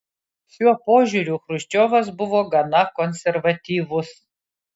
šiuo požiūriu chruščiovas buvo gana konservatyvus